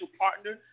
Partner